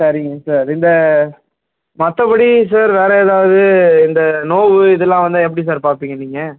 சரிங்க சார் இந்த மற்றபடி சார் வேறு ஏதாவது இந்த நோவு இதெல்லாம் வந்தால் எப்படி சார் பார்ப்பீங்க நீங்கள்